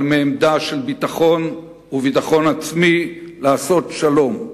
אבל מעמדה של ביטחון וביטחון עצמי לעשות שלום,